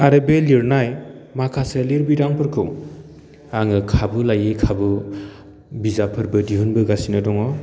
आरो बे लिरनाय माखासे लिरबिदांफोरखौ आङो खाबु लायै खाबु बिजाबफोरबो दिहुनबोगासिनो दङ